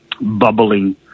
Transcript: bubbling